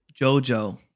JoJo